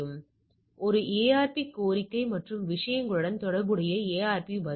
எனவே இது ஒரு ARP கோரிக்கை மற்றும் விஷயங்களுடன் தொடர்புடைய ARP பதில்